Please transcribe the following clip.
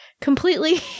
Completely